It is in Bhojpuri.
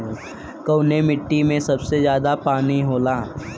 कौन मिट्टी मे सबसे ज्यादा पानी होला?